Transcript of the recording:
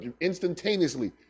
instantaneously